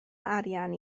arian